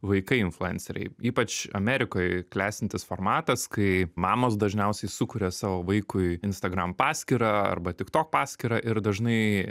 vaikai influenceriai ypač amerikoj klestintis formatas kai mamos dažniausiai sukuria savo vaikui instagram paskyrą arba tiktok paskyrą ir dažnai